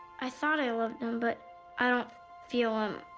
i thought i loved him but i don't feel him,